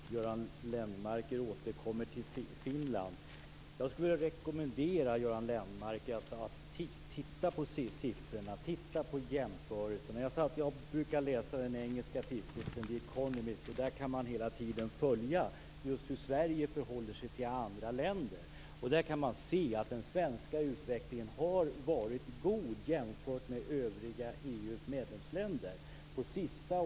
Fru talman! Göran Lennmarker återkommer till Finland. Jag skulle vilja rekommendera Göran Lennmarker att titta närmare på siffrorna och på jämförelserna. Jag brukar läsa den engelska tidskriften The Economist. Där kan man hela tiden följa hur Sverige förhåller sig till andra länder. Där kan man se att den svenska utvecklingen har varit god jämfört med övriga medlemsländer i EU.